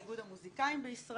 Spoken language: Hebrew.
איגוד המוזיקאים בישראל,